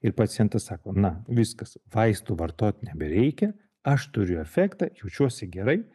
ir pacientas sako na viskas vaistų vartot nebereikia aš turiu efektą jaučiuosi gerai